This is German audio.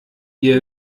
ihr